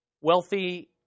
wealthy